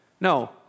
No